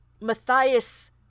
Matthias